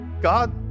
God